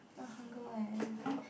!wah! hunger eh